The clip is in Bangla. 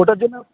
ওটার জন্য